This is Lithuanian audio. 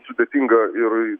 sudėtinga ir